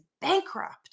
bankrupt